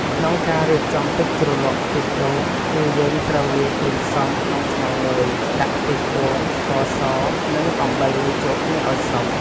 ក្នុងការរៀបចំទឹកជ្រលក់ខ្ទិះដូង គឺយើងត្រូវលាយគ្រឿងផ្សំ ក្នុងឆ្នាំងមួយ ដាក់ខ្ទិះដូង ស្ករស និងអំបិលលាយចូលគ្នាឱ្យសព្វ។